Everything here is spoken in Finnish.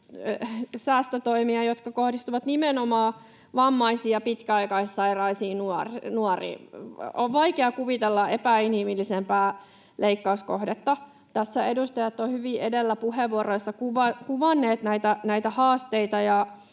säästötoimia, jotka kohdistuvat nimenomaan vammaisiin ja pitkäaikaissairaisiin nuoriin. On vaikea kuvitella epäinhimillisempää leikkauskohdetta. Tässä edustajat ovat hyvin edellä puheenvuoroissa kuvanneet näitä haasteita.